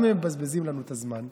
למה הם מבזבזים לנו את הזמן?